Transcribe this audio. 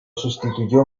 sustituyó